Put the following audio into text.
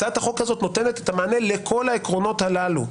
הצעת החוק הזאת נותנת את המענה לכל העקרונות האלה.